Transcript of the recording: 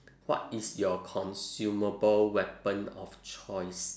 what is your consumable weapon of choice